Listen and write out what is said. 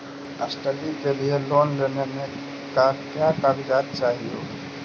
Study के लिये loan लेने मे का क्या कागजात चहोये?